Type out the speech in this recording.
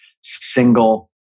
Single